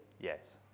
Yes